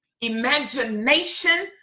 imagination